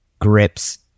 grips